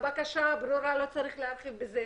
הבקשה ברורה, לא צריך להרחיב בזה.